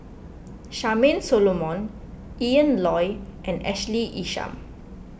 Charmaine Solomon Ian Loy and Ashley Isham